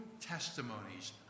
testimonies